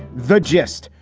the gist.